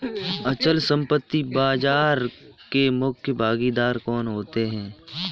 अचल संपत्ति बाजार के मुख्य भागीदार कौन होते हैं?